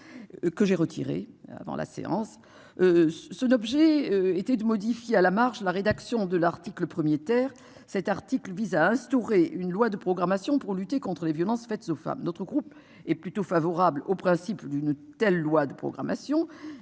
Que j'ai retiré avant la séance. Ceux d'objet était de modifier à la marge, la rédaction de l'article 1er terre cet article vise à instaurer une loi de programmation pour lutter contre les violences faites aux femmes. Notre groupe est plutôt favorable au principe d'une telle loi de programmation